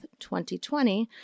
2020